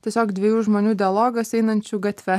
tiesiog dviejų žmonių dialogas einančių gatve